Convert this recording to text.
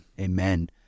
Amen